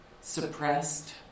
suppressed